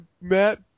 map